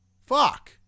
Fuck